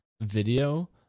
video